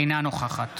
אינה נוכחת